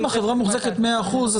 אם החברה מוחזקת מאה אחוז,